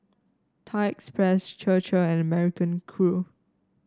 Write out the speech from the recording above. Thai Express Chir Chir and American Crew